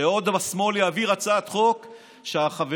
שעוד השמאל יעביר הצעת חוק שהחברים,